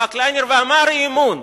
בא קליינר ואמר: אי-אמון.